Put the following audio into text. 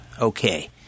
okay